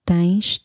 Tens